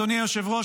אדוני היושב-ראש,